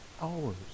hours